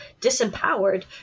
disempowered